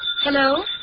Hello